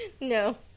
No